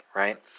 right